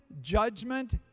judgment